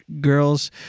girls